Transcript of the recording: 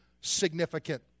significant